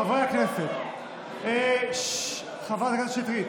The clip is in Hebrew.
חברי הכנסת, חברת הכנסת שטרית.